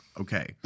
okay